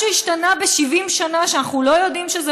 משהו השתנה ב-70 שנה שאנחנו לא יודעים שזו